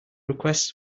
requests